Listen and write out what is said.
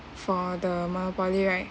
for the monopoly right